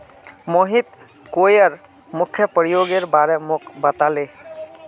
Mohit coir प्रमुख प्रयोगेर बारे मोक बताले